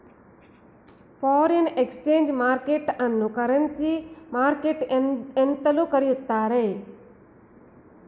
foreign exchange market ಅನ್ನೋ currency market ಎಂತಲೂ ಕರಿತ್ತಾರೆ